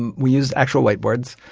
and we use actual whiteboards.